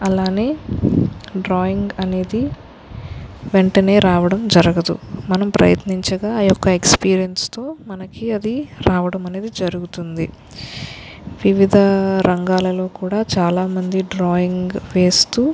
అలానే డ్రాయింగ్ అనేది వెంటనే రావడం జరగదు మనం ప్రయత్నించగా ఆ యొక్క ఎక్స్పీరియన్స్ని మనకి అది రావడం అనేది జరుగుతుంది వివిధ రంగాలలో కూడా చాలామంది డ్రాయింగ్ వేస్తూ